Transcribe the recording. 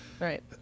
right